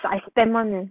so I spend [one] leh